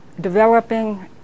developing